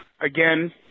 again